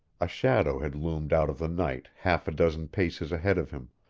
a shadow had loomed out of the night half a dozen paces ahead of him,